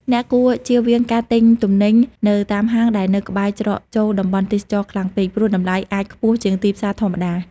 អ្នកគួរជៀសវាងការទិញទំនិញនៅតាមហាងដែលនៅក្បែរច្រកចូលតំបន់ទេសចរណ៍ខ្លាំងពេក ព្រោះតម្លៃអាចខ្ពស់ជាងទីផ្សារធម្មតា។